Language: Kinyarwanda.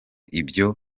ibyo